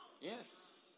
Yes